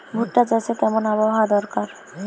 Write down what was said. ভুট্টা চাষে কেমন আবহাওয়া দরকার?